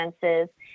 senses